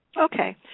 Okay